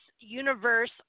universe